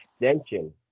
extension